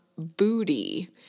Booty